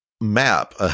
map